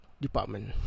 Department